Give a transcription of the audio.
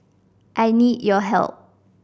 I need your help